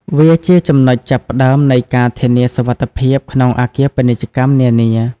វាជាចំណុចចាប់ផ្តើមនៃការធានាសុវត្ថិភាពក្នុងអគារពាណិជ្ជកម្មនានា។